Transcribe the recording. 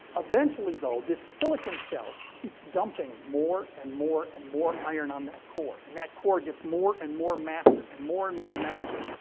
eventually, though, this silicon shell keeps dumping more and more and more iron on that core. and that core gets more and more massive. and more and more massive.